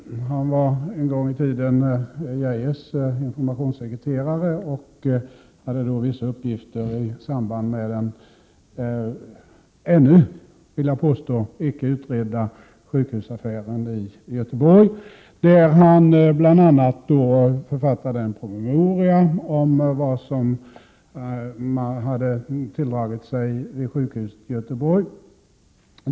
Han var en gång i tiden justitieminister Lennart Geijers informationssekreterare. Han hade vissa uppgifter i samband med den, vill jag påstå, ännu inte utredda sjukhusaffären i Göteborg. Han författade bl.a. en promemoria om vad som hade tilldragit sig vid sjukhuset.